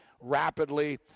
rapidly